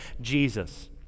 Jesus